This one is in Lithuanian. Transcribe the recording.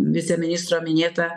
viceministro minėta